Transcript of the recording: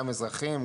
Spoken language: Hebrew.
גם אזרחיים,